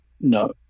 No